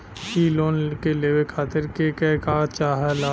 इ लोन के लेवे खातीर के का का चाहा ला?